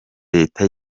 reta